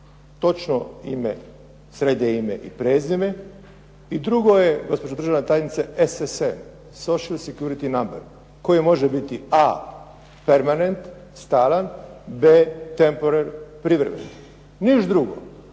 Točno ime, srednje ime i prezime i drugo je, gospođo državna tajnice, SSN social security number koji može biti a, permanent, stalan, b temporer, privremen. Ništa drugo.